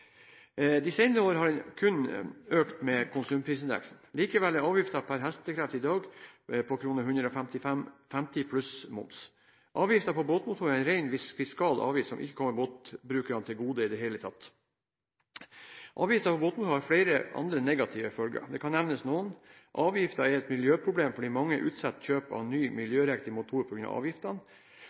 De senere årene er den økt kun med konsumprisindeksen. Likevel er avgiften per hk i dag på kr 155,50 pluss moms. Avgiften på båtmotorer er en ren fiskal avgift som ikke kommer båtbrukerne til gode i det hele tatt. Avgiften på båtmotorer har flere negative følger. Det kan nevnes noen: Avgiften er et miljøproblem fordi mange utsetter kjøp av ny, miljøriktig motor